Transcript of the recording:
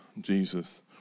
Jesus